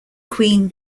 queen